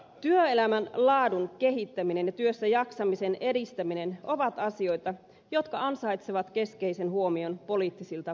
työelämän laadun kehittäminen ja työssäjaksamisen edistäminen ovat asioita jotka ansaitsevat keskeisen huomion poliittisilta päättäjiltä